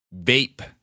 vape